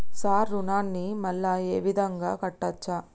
Sir రుణాన్ని మళ్ళా ఈ విధంగా కట్టచ్చా?